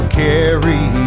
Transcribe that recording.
carry